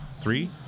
three